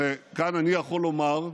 הרי כאן אני יכול לומר,